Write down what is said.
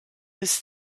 was